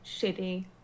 shitty